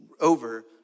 over